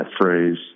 phrase